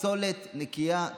סולת נקייה,